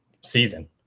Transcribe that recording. season